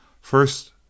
First